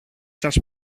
σας